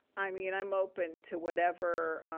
i mean, i'm open to whatever.